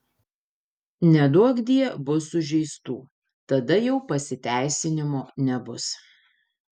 neduokdie bus sužeistų tada jau pasiteisinimo nebus